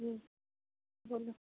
हूँ बोलू